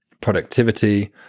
productivity